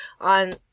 on